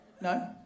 no